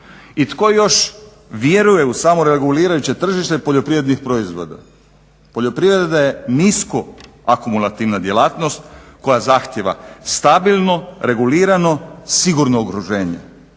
I tko još vjeruje u samoregulirajuće tržište poljoprivrednih proizvoda? Poljoprivreda je nisko akumulativna djelatnost koja zahtijeva stabilno, regulirano, sigurno okruženje.